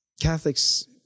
Catholics